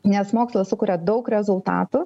nes mokslas sukuria daug rezultatų